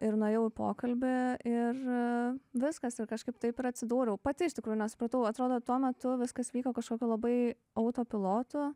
ir nuėjau į pokalbį ir viskas ir kažkaip taip ir atsidūriau pati iš tikrųjų nesupratau atrodo tuo metu viskas vyko kažkokiu labai autopilotu